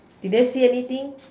did they see anything